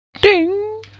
DING